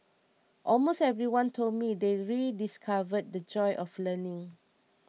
almost everyone told me they rediscovered the joy of learning